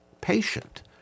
patient